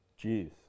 Jeez